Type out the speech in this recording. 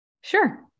Sure